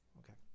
okay